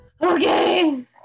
Okay